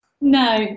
No